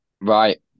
Right